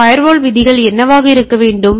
firewall விதிகள் என்னவாக இருக்க வேண்டும்